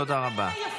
תודה רבה.